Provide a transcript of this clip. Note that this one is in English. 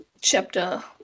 chapter